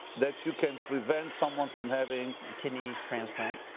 that you can prevent someone from having. kidney transplant.